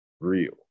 real